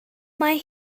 mae